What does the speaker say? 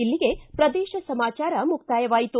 ಇಲ್ಲಿಗೆ ಪ್ರದೇಶ ಸಮಾಚಾರ ಮುಕ್ತಾಯವಾಯಿತು